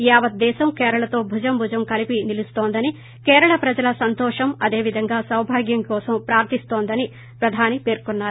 యావత్ దేశం కేరళతో భుజం భుజం కలిపి నిలుస్తోందని కేరళ ప్రజల సంతోషం అదేవిధంగా సౌభాగ్యం కోసం ప్రార్థిస్తోంది అని ప్రదాని పేర్కొన్నారు